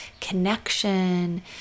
connection